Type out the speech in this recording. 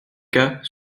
cas